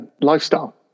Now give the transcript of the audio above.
lifestyle